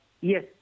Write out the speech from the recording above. Yes